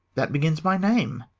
that begins my name.